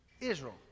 Israel